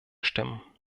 stimmen